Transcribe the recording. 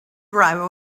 driver